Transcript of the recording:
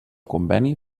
conveni